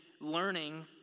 learning